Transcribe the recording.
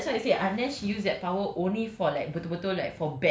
ya lah so that's why I said unless she use that power only